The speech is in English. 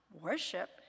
worship